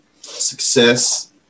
success